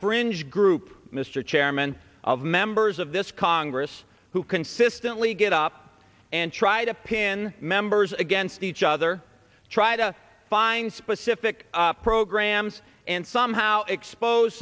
fringe group mr chairman of members of this congress who consistently get up and try to pin members against each other try to find specific programs and somehow expose